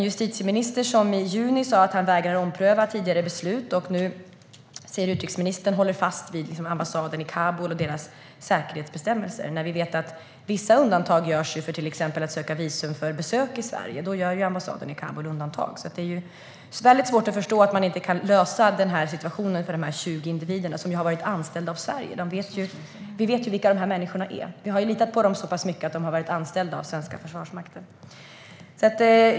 Justitieministern sa i juni att han vägrar att ompröva tidigare beslut, och nu håller utrikesministern fast vid ambassaden i Kabul och dess säkerhetsbestämmelser. Men vi vet ju att vissa undantag görs, till exempel vad gäller visumansökan för besök i Sverige. Ambassaden i Kabul gör undantag för detta, så det är väldigt svårt att förstå att man inte kan lösa situationen för dessa 20 individer. De har ju varit anställda av Sverige. Vi vet vilka dessa människor är, och vi har litat på dem tillräckligt mycket för att de skulle bli anställda av den svenska försvarsmakten.